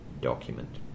document